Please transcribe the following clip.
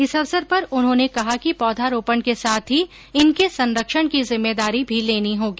इस अवसर पर उन्होंने कहा कि पौधारोपण के साथ ही इनके संरक्षण की जिम्मेदारी भी लेनी होगी